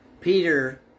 Peter